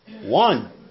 One